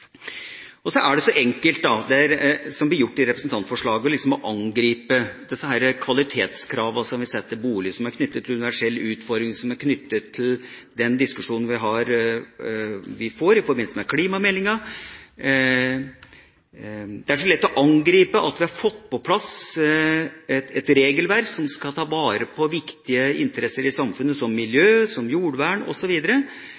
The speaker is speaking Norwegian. representantforslaget – å angripe de kvalitetskravene som vi setter til bolig, som er knyttet til universell utforming, og som er knyttet til den diskusjonen vi får i forbindelse med klimameldinga. Det er så lett å angripe at vi har fått på plass et regelverk som skal ta vare på viktige interesser i samfunnet, som